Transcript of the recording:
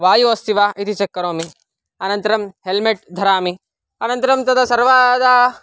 वायु अस्ति वा इति चक् करोमि अनन्तरं हेल्मेट् धरामि अनन्तरं तदा सर्वादा